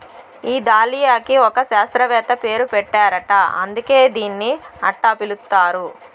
ఈ దాలియాకి ఒక శాస్త్రవేత్త పేరు పెట్టారట అందుకే దీన్ని అట్టా పిలుస్తారు